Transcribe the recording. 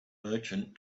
merchant